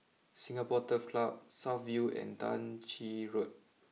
Singapore Turf Club South view and Tah Ching Road